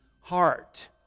heart